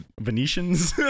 venetians